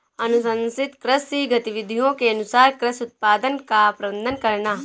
अनुशंसित कृषि गतिविधियों के अनुसार कृषि उत्पादन का प्रबंधन करना